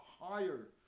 higher